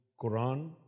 Quran